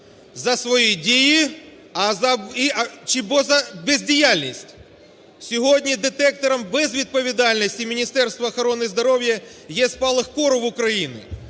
за свої дії чи за бездіяльність. Сьогодні детектором безвідповідальності Міністерства охорони здоров'я є спалах кору в Україні,